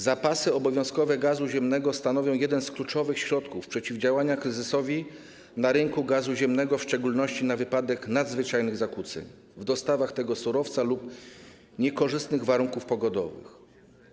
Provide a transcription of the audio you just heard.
Zapasy obowiązkowe gazu ziemnego stanowią jeden z kluczowych środków przeciwdziałania kryzysowi na rynku gazu ziemnego, w szczególności na wypadek nadzwyczajnych zakłóceń w dostawach tego surowca lub niekorzystnych warunków pogodowych.